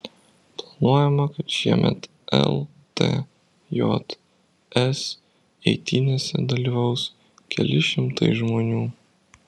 planuojama kad šiemet ltjs eitynėse dalyvaus keli šimtai žmonių